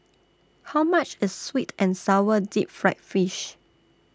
How much IS Sweet and Sour Deep Fried Fish